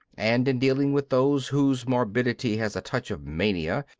and in dealing with those whose morbidity has a touch of mania,